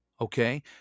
Okay